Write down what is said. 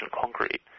concrete